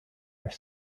are